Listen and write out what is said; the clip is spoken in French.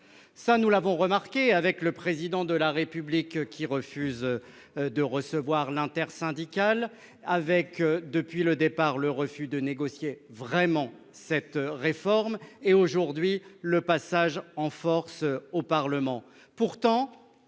». Nous l'avons remarqué, avec le refus du Président de la République de recevoir l'intersyndicale, avec, depuis le départ, le refus de négocier vraiment cette réforme, et, aujourd'hui, le passage en force au Parlement.